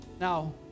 Now